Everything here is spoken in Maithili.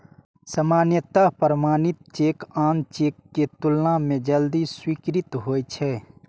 सामान्यतः प्रमाणित चेक आन चेक के तुलना मे जल्दी स्वीकृत होइ छै